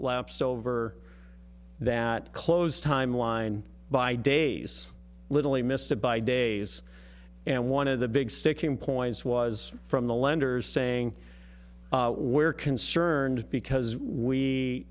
lapse over that close timeline by days literally missed it by days and one of the big sticking points was from the lenders saying we're concerned because